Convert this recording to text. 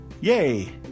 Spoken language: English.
Yay